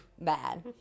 bad